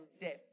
death